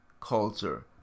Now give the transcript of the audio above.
culture